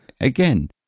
Again